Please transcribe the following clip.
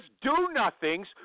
do-nothings